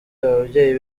ababyeyi